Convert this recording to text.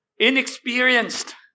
inexperienced